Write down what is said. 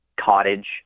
cottage